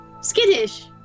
skittish